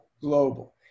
.global